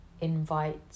invite